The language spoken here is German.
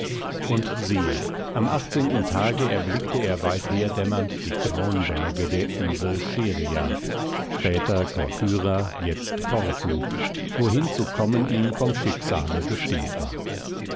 und siehe am achtzehnten tage erblickte er weitherdämmernd die grauen berge der insel scheria später corcyra jetzt korfu wohin zu kommen ihm vom schicksale bestimmt war